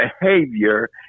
behavior